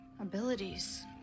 Abilities